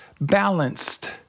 balanced